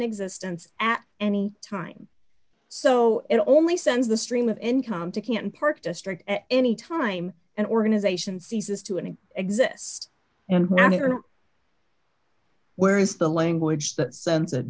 existence at any time so it only sends the stream of income to can park district at any time an organization ceases to any exist and where is the language that sen